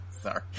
sorry